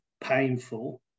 painful